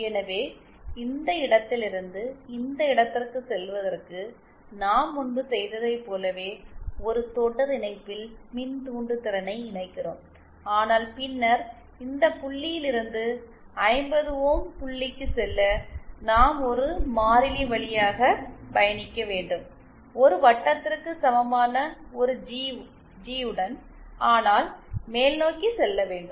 எனவே இந்த இடத்திலிருந்து இந்த இடத்திற்குச் செல்வதற்கு நாம் முன்பு செய்ததைப் போலவே ஒரு தொடர் இணைப்பில் மின்தூண்டுதிறனை இணைக்கிறோம் ஆனால் பின்னர் இந்த புள்ளியில் இருந்து 50 ஓம் புள்ளிக்கு செல்ல நாம் ஒரு மாறிலி வழியாக பயணிக்க வேண்டும் ஒரு வட்டத்திற்கு சமமான ஒரு ஜி உடன் ஆனால் மேல்நோக்கி செல்ல வேண்டும்